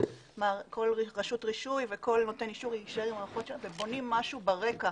כל רשות רישוי וכל נותן אישור יישאר עם המערכות ובונים משהו ברקע